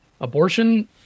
abortion